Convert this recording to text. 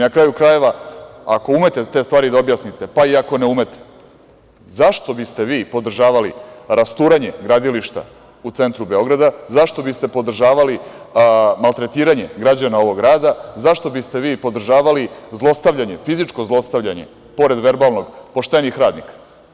Na kraju krajeva, ako umete te stvari da objasnite, pa i ako ne umete, zašto biste vi podržavali rasturanje gradilišta u centru Beograda, zašto biste podržavali maltretiranje građana ovog grada, zašto biste vi podržavali zlostavljanje, fizičko zlostavljanje, pored verbalnog, poštenih radnika?